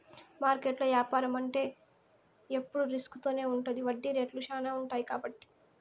మార్కెట్లో యాపారం అంటే ఎప్పుడు రిస్క్ తోనే ఉంటది వడ్డీ రేట్లు శ్యానా ఉంటాయి కాబట్టి